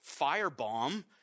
firebomb